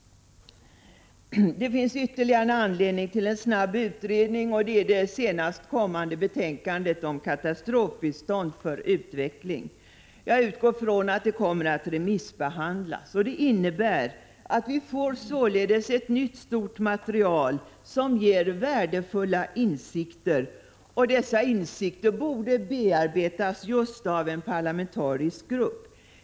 Det finns ytterligare en anledning till en snabb utredning, nämligen det senast framlagda betänkandet om Katastrofbistånd för utveckling. Jag utgår ifrån att betänkandet kommer att remissbehandlas. Vi får således ett nytt stort material, som ger värdefulla insikter, vilka borde bearbetas av just en parlamentarisk grupp.